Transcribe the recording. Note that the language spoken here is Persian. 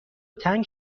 تنگ